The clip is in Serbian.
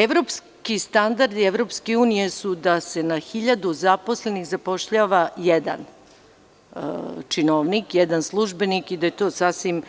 Evropski standardi EU su da se na 1.000 zaposlenih, zapošljava jedan činovnik, službenik i da je to sasvim